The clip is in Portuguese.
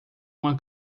uma